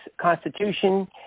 Constitution